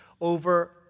Over